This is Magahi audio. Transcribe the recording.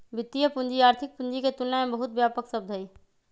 वित्तीय पूंजी आर्थिक पूंजी के तुलना में बहुत व्यापक शब्द हई